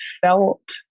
felt